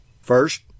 First